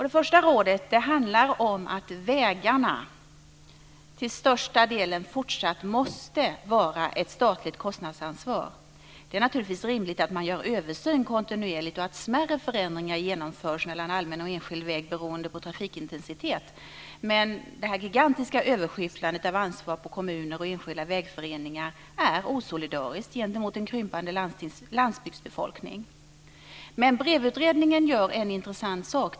Det första rådet handlar om att vägarna till största delen fortsatt måste vara ett statligt kostnadsansvar. Det är naturligtvis rimligt att man gör en översyn kontinuerligt och att smärre förändringar genomförs mellan allmän och enskild väg beroende på trafikintensitet, men det här gigantiska överskyfflandet av ansvar på kommuner och enskilda vägföreningar är osolidariskt gentemot en krympande landsbygdsbefolkning. Men BREV-utredningen gör en intressant sak.